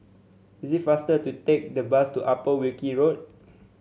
is it faster to take the bus to Upper Wilkie Road